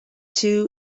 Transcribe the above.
two